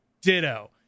Ditto